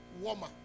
warmer